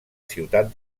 ciutat